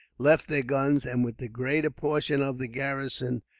left their guns and, with the greater portion of the garrison,